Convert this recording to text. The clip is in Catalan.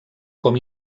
com